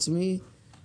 מאזן גנאים, בבקשה.